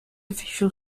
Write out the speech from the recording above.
official